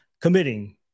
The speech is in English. committing